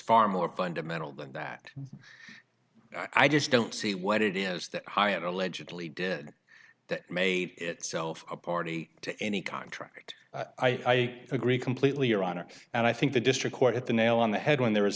far more fundamental than that i just don't see what it is that high end allegedly did that made itself a party to any contract i agree completely your honor and i think the district court at the nail on the head when there is